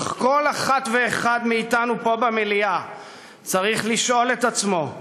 אך כל אחת ואחד מאתנו פה במליאה צריך לשאול את עצמו: